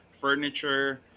furniture